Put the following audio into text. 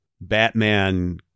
Batman